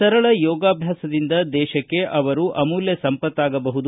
ಸರಳ ಯೋಗಾಭ್ಯಾಸದಿಂದ ದೇಶಕ್ಕೆ ಅವರು ಅಮೂಲ್ಯ ಸಂಪತ್ತಾಗಬಹುದು